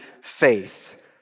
faith